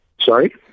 Sorry